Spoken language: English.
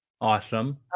Awesome